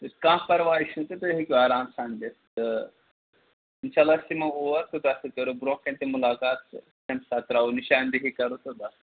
کانٛہہ پَرواے چھُنہٕ تہٕ تُہۍ ہیٚکِو آرام سان دِتھ تہٕ اِنشاء اللہ أسۍ یِمو اور تہٕ تۄہہِ سۭتۍ کَرو برونٛہہ کَنہِ تہِ مُلاقات تہٕ تمہِ ساتہٕ ترٛاوو نِشاندِہی کَرو تہٕ بَس